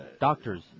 Doctors